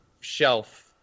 shelf